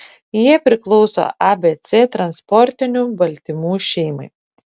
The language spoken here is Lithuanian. jie priklauso abc transportinių baltymų šeimai